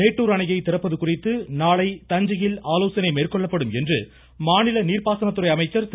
மேட்டூர் அணையை திறப்பது குறித்து நாளை தஞ்சையில் ஆலோசனை மேற்கொள்ளப்படும் என்று மாநில நீர்ப்பாசனத்துறை அமைச்சர் திரு